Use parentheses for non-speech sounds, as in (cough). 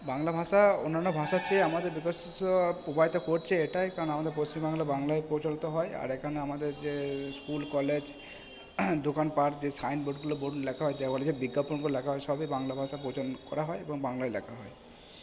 বাংলা ভাষা অন্যান্য ভাষার চেয়ে আমাদের (unintelligible) প্রভাবিত করছে এটাই কারণ আমাদের পশ্চিমবাংলা বাংলায় প্রচলিত হয় আর এখানে আমাদের যে স্কুল কলেজ দোকানপাট যে সাইন বোর্ডগুলো বোর্ড লেখা হয় দেওয়ালে যে বিজ্ঞাপনগুলো লেখা হয় সবই বাংলা ভাষায় প্রচলন করা হয় এবং বাংলায় লেখা হয়